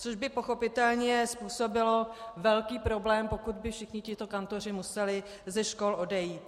Což bych pochopitelně způsobilo velký problém, pokud by všichni tito kantoři museli ze škol odejít.